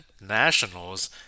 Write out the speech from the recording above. nationals